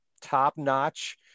top-notch